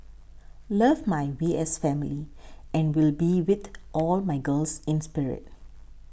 love my V S family and will be with all my girls in spirit